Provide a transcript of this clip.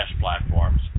platforms